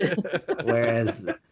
whereas